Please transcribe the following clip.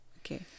okay